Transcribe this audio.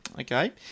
Okay